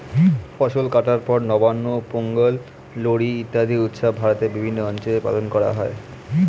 ফসল কাটার পর নবান্ন, পোঙ্গল, লোরী ইত্যাদি উৎসব ভারতের বিভিন্ন অঞ্চলে পালন করা হয়